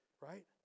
right